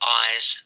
eyes